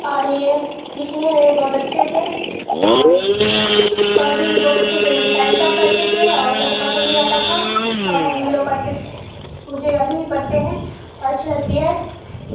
اور یہ لکھنے میں بھی بہت اچھے تھے اور شاعری بھی بہت اچھی تھی ان کی شاعری سب پڑھتے تھے اور سب کو پسند بھی آتا تھا اور ہم بھی لوگ پڑھتے تھے مجھے ابھی بھی پڑھتے ہیں اور اچھی لگتی ہے